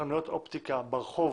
חנויות אופטיקה ברחוב